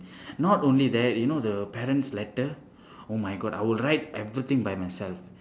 not only that you know the parents letter oh my god I would write everything by myself